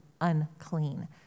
unclean